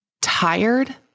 tired